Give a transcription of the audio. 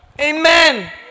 Amen